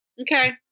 okay